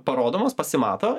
parodomos pasimato